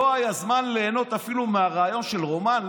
לא היה זמן ליהנות אפילו מהרעיון של רומן?